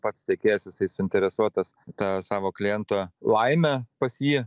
pats tiekėjas jisai suinteresuotas ta savo kliento laime pas jį